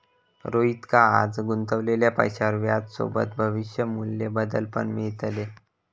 रोहितका आज गुंतवलेल्या पैशावर व्याजसोबत भविष्य मू्ल्य बदल पण मिळतले